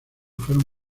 fueron